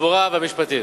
התחבורה והמשפטים.